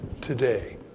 today